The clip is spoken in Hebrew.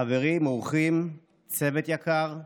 חברים, אורחים, צוות יקר,